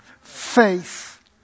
Faith